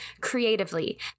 creatively